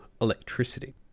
electricity